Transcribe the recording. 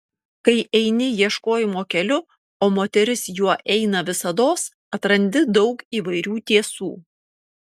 kai eini ieškojimo keliu o moteris juo eina visados atrandi daug įvairių tiesų